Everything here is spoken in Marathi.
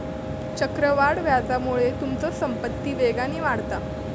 चक्रवाढ व्याजामुळे तुमचो संपत्ती वेगान वाढता